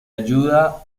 ayuda